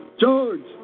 george